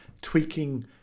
tweaking